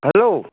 hello